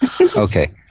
Okay